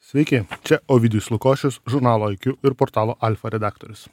sveiki čia ovidijus lukošius žurnalo iq ir portalo alfa redaktorius